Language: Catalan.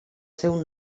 seu